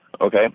Okay